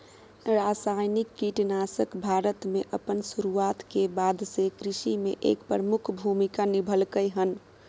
रासायनिक कीटनाशक भारत में अपन शुरुआत के बाद से कृषि में एक प्रमुख भूमिका निभलकय हन